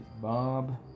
Bob